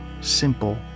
simple